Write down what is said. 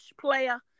player